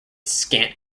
scant